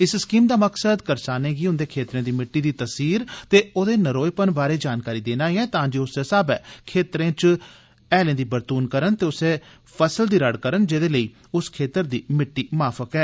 इस स्कीम दा मकसद करसानें गी उन्दे खेत्तरें दी मिट्टी दी तासीर ते ओदे नरोएपन बारै जानकारी देना ऐ तां जे ओ उस्सै साब्रै खेत्तरें च हैलें बगैरा दी बरतून करन ते उस्सै फसल दी रड़ करन जेदे लेई उस खेत्तरै दी मिट्टी माफक ऐ